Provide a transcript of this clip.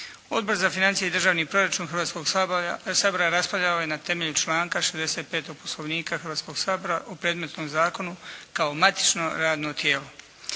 Odbor za financije i državni proračun Hrvatskoga sabora raspravljao je na temelju članka 65. Poslovnika Hrvatskoga sabora o predmetnom zakonu kao matično radno tijelo.